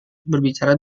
berbicara